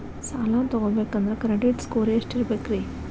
ಸಾಲ ತಗೋಬೇಕಂದ್ರ credit score ಎಷ್ಟ ಇರಬೇಕ್ರಿ?